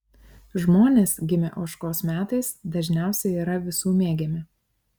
žmonės gimę ožkos metais dažniausiai yra visų mėgiami